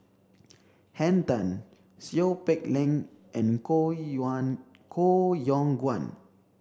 Henn Tan Seow Peck Leng and Koh Yuan Koh Yong Guan